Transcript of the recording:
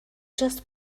just